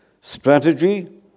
strategy